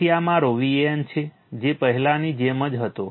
તેથી આ મારો Van છે જે પહેલાની જેમ જ હતો